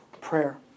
prayer